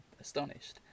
astonished